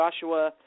Joshua